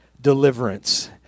deliverance